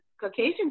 Caucasian